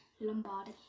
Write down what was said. Lombardy